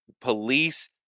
police